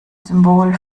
symbol